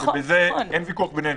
ובזה אין ויכוח בינינו.